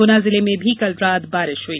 गुना जिले में भी कल रात बारिष हुई